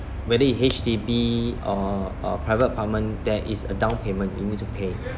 whether it's H_D_B or or private apartment there is a down payment you need to pay